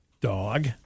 dog